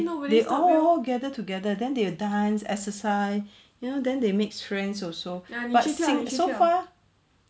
they all all gather together then they dance exercise you know then they make friends also but so far